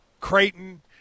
Creighton